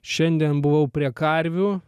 šiandien buvau prie karvių